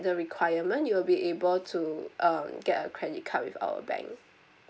the requirement you'll be able to uh get a credit card with our bank